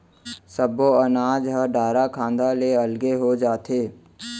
सब्बो अनाज ह डारा खांधा ले अलगे हो जाथे